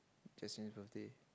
Justin's birthday